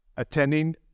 attending